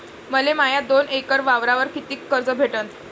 मले माया दोन एकर वावरावर कितीक कर्ज भेटन?